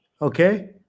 Okay